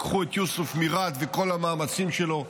קחו את יוסף מרהט ואת כל המאמצים שלו.